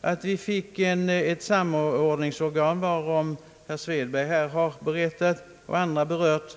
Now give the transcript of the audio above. att vi fick det samordnande organ, som herr Erik Svedberg har berättat om och som andra talare har berört.